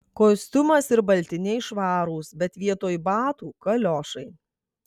kostiumas ir baltiniai švarūs bet vietoj batų kaliošai